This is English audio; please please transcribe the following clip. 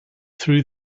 through